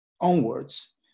onwards